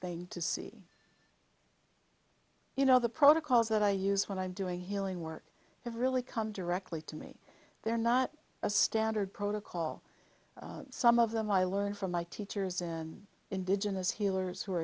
thing to see you know the protocols that i use when i'm doing healing work have really come directly to me they're not a standard protocol some of them i learned from my teachers in indigenous healers who are